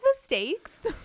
mistakes